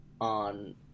on